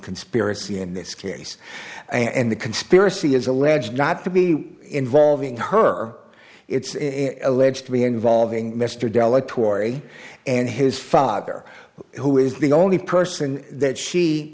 conspiracy in this case and the conspiracy is alleged not to be involving her it's alleged to be involving mr della tori and his father who is the only person that she